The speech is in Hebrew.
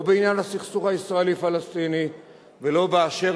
לא בעניין הסכסוך הישראלי-פלסטיני ולא בעניין